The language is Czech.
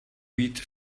být